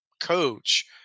coach